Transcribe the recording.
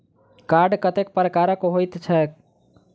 Card कतेक प्रकारक होइत छैक?